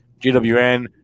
GWN